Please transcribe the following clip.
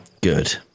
Good